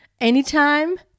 anytime